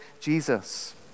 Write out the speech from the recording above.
Jesus